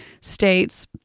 states